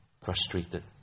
frustrated